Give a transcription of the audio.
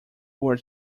were